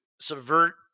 subvert